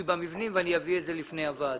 במבנה ואני אביא את זה בפני הוועדה.